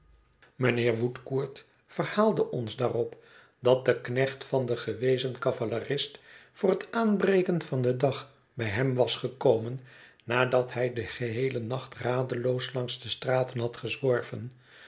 mijnheer woodcourt verhaalde ons daarop dat de knecht van den gewezen cavalerist voor het aanbreken van den dag bij hem was gekomen nadat hij den geheelen nacht radeloos langs de straten had